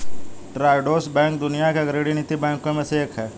Triodos bank दुनिया के अग्रणी नैतिक बैंकों में से एक है